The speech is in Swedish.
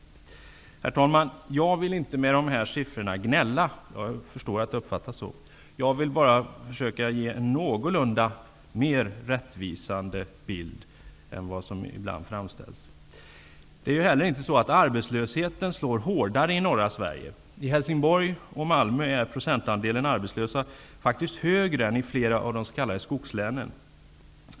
Herr talman! Jag vill inte med dessa siffror gnälla -- jag förstår att det kan uppfattas så. Jag försöker bara ge en någorlunda mer rättvisande bild än vad som ibland framställs. Det är inte heller så att arbetslösheten slår hårdare i norra Sverige. I Helsingborg och Malmö är procentandelen arbetslösa faktiskt högre än i flera av de s.k. skogslänen.